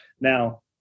Now